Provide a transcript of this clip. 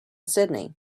sydney